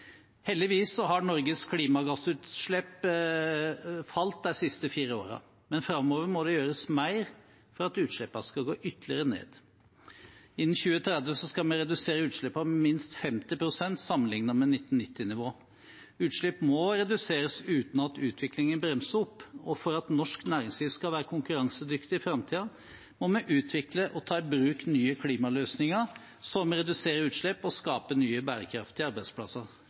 Heldigvis har Norges klimagassutslipp falt de siste fire årene, men framover må det gjøres mer for at utslippene skal gå ytterligere ned. Innen 2030 skal vi redusere utslippene med minst 50 pst. sammenlignet med 1990-nivå. Utslipp må reduseres uten at utviklingen bremser opp, og for at norsk næringsliv skal være konkurransedyktig i framtiden, må vi utvikle og ta i bruk nye klimaløsninger som reduserer utslipp og skaper nye, bærekraftige arbeidsplasser